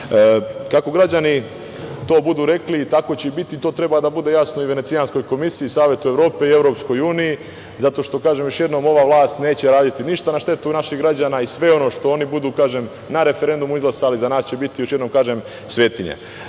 građani to budu rekli, tako će i biti, i to treba da bude jasno i Venecijanskoj komisiji, Savetu Evrope i EU zato što, kažem još jednom, ova vlast neće raditi ništa na štetu naših građana i sve ono što oni budu na referendumu izglasali za nas će biti svetinja. Mnogo